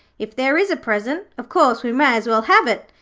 if there is a present, of course we may as well have it.